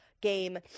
game